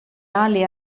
ali